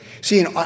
See